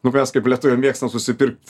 nu mes kaip lietuviai mėgstam susipirkt